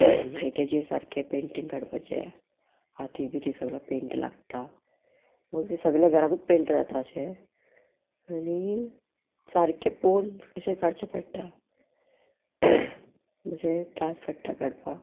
मागी तेजेर सारकें पेंटींग काडपाचें हाती बी ती सगलो पेंट लागता सगल्या घराकूच पेंट जाता अशें आनी सारकें पोवन अशें काडचें पडटा अशें त्रास पडटा काडपाक